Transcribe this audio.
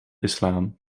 islam